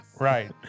Right